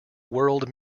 world